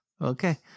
Okay